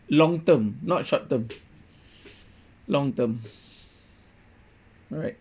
long term not short term long term alright